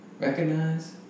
recognize